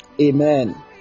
Amen